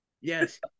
Yes